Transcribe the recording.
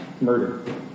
Murder